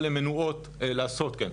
אבל הן מנועות מלעשות כן,